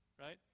right